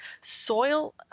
soil